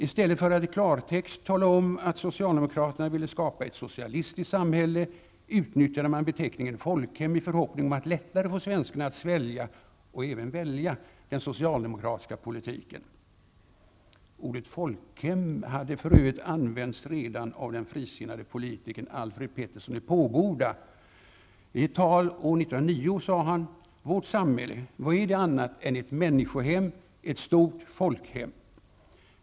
I stället för att i klartext tala om att socialdemokraterna ville skapa ett socialistiskt samhälle, utnyttjade man beteckningen folkhem i förhoppning om att lättare få svenskarna att svälja och även välja den socialdemokratiska politiken. Ordet folkhem hade för övrigt använts redan av den frisinnande politikern Alfred Petersson i Påboda. I ett tal år 1909 sade han: ''Vårt samhälle, vad är det annat än ett människohem, ett stort folkhem.''